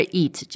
eat